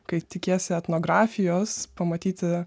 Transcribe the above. kai tikiesi etnografijos pamatyti